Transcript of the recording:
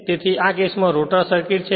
તેથી આ કેસમાં રોટર સર્કિટ છે